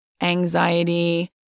anxiety